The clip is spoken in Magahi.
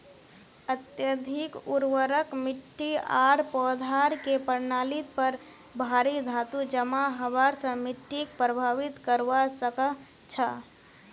अत्यधिक उर्वरक मिट्टी आर पौधार के प्रणालीत पर भारी धातू जमा हबार स मिट्टीक प्रभावित करवा सकह छह